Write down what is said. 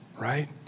right